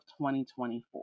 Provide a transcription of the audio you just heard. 2024